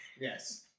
Yes